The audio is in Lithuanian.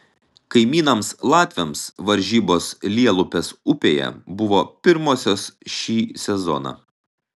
kaimynams latviams varžybos lielupės upėje buvo pirmosios šį sezoną